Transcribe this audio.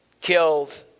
killed